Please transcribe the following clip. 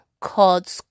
called